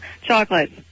Chocolate